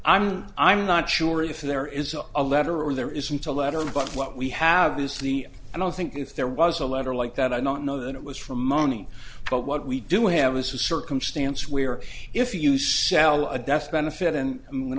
i'm i'm not sure if there is a letter or there isn't a letter but what we have is the i don't think if there was a letter like that i don't know that it was for money but what we do have a circumstance where if you sell a death benefit and when